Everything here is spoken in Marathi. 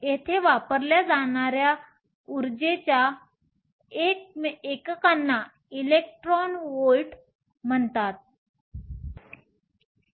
येथे वापरल्या जाणाऱ्या ऊर्जेच्या एककांना इलेक्ट्रॉन व्होल्ट म्हणतात